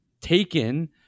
taken